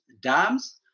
dams